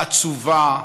עצובה.